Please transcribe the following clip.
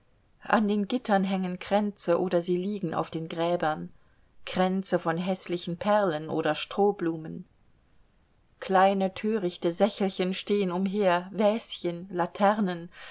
an den gittern hängen kränze oder sie liegen auf den gräbern kränze von häßlichen perlen oder strohblumen kleine törichte sächelchen stehen umher väschen laternen